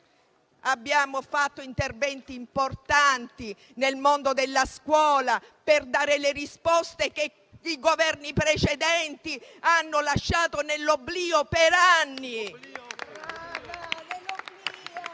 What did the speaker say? Abbiamo realizzato interventi importanti nel mondo della scuola per dare le risposte che i Governi precedenti hanno lasciato nell'oblio per anni.